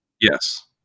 yes